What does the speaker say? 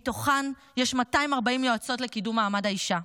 מתוכן יש 240 יועצות לקידום מעמד האישה.